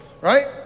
right